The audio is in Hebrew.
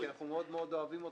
כי אנחנו מאוד-מאוד אוהבים אותך.